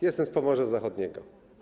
Jestem z Pomorza Zachodniego.